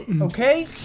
Okay